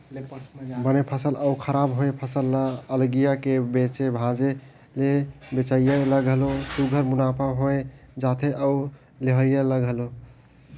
बने फसल अउ खराब होए फसल ल अलगिया के बेचे भांजे ले बेंचइया ल घलो सुग्घर मुनाफा होए जाथे अउ लेहोइया ल घलो